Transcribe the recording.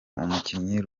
umukinnyi